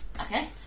Okay